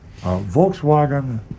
Volkswagen